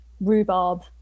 rhubarb